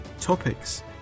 topics